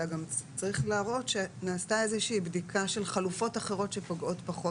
אלא שצריך להראות שנעשתה איזו שהיא בדיקה של חלופות אחרות שפוגעות פחות,